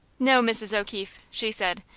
no, mrs. o'keefe, she said.